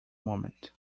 moment